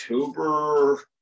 October